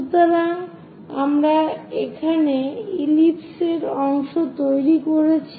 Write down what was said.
সুতরাং আমরা এখানে ইলিপস এর অংশ তৈরি করেছি